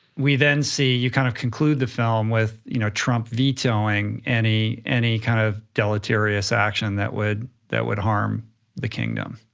we then see you kind of conclude the film with you know trump vetoing any any kind of deleterious action that would that would harm the kingdom.